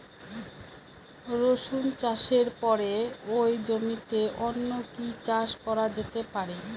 রসুন চাষের পরে ওই জমিতে অন্য কি চাষ করা যেতে পারে?